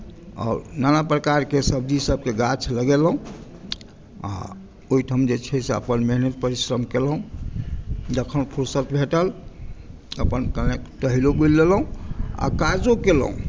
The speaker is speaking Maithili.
आओर नाना प्रकारके सब्जीसभके गाछ लगेलहुँ आ ओहिठाम जे छै से अपन मेहनत परिश्रम केलहुँ जखन फुरसत भेटल अपन कनी टहलि बुलि लेलहुँ आ काजो केलहुँ